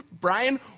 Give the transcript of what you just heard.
Brian